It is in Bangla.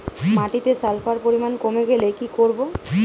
মাটিতে সালফার পরিমাণ কমে গেলে কি করব?